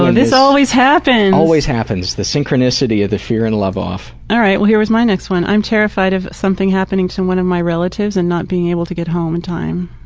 ah this always happens! always happens. the synchronicity of the fear and love off. alright, well, here is my next one. i'm terrified of something happening to one of my relatives and not being able to get home in time.